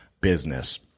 business